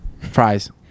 Fries